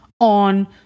on